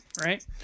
Right